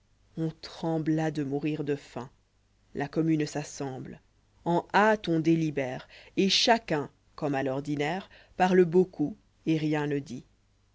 on trembla de mourir de faim la commune s'assemble en bâte on délibère et chacun i comme à l'ordinaire parle beaucoup et rien ne dft